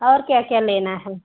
और क्या क्या लेना है